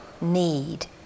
need